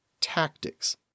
Tactics